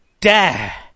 dare